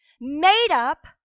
made-up